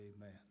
Amen